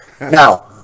Now